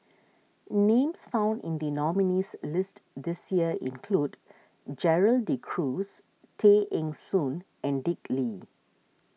names found in the nominees' list this year include Gerald De Cruz Tay Eng Soon and Dick Lee